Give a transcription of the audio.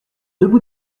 debout